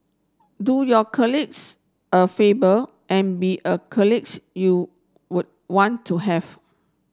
do your colleagues a favour and be a college you would want to have